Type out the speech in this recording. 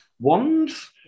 wands